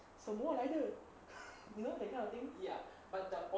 什么来的 you know that kind of thing